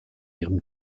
ihrem